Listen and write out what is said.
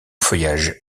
feuillage